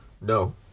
no